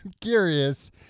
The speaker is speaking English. curious